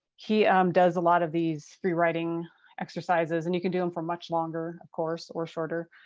he does a lot of these free writing exercises and you can do them for much longer, of course, or shorter.